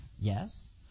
Yes